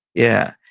yeah.